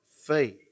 Faith